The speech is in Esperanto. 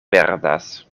perdas